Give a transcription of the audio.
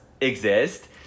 exist